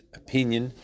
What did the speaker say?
opinion